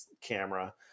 camera